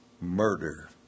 murder